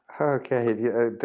Okay